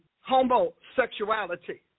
homosexuality